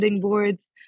boards